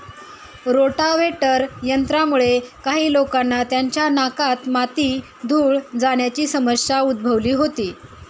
rotavator यंत्रामुळे काही लोकांना त्यांच्या नाकात माती, धूळ जाण्याची समस्या उद्भवली होती